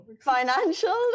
Financial